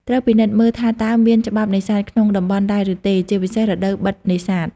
ត្រូវពិនិត្យមើលថាតើមាន ច្បាប់នេសាទ ក្នុងតំបន់ដែរឬទេ ជាពិសេសរដូវបិទនេសាទ។